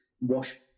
wash